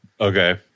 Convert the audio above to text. Okay